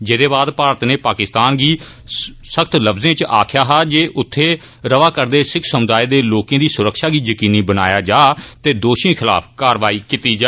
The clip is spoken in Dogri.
जेहदे बाद भारत नै पाकिस्तान गी सख्त लफ्जें च आक्खेआ हा जे उत्थें रवा करदे सिक्ख समुदाय दे लोकें दी सुरक्षा गी जकीनी बनाया जा ते दोषिएं खलाफ कारवाई कीती जा